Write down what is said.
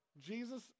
Jesus